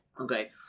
Okay